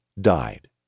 died